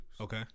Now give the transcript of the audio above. Okay